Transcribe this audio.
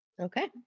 okay